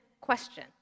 question